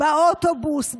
באוטובוס,